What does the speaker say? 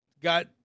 got